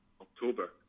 October